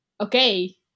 okay